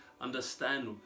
understand